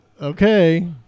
Okay